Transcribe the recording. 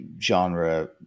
genre